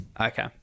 Okay